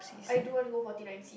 I do want to go Forty Nine Seats